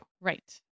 Right